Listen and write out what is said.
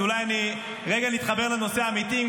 אז אולי רגע נתחבר לנושא האמיתי.